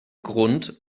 grund